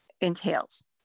entails